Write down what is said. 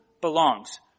belongs